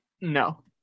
No